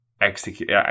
execute